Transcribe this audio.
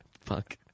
Fuck